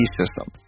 system